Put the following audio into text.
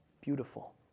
beautiful